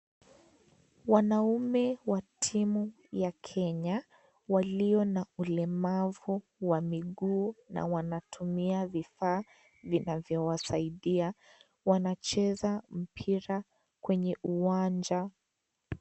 Wanaume wa timu ya Kenya walio na ulemavu wa miguu na wanatumia vifaa vinavyowasaidia , wanacheza mpira kwenye uwanja .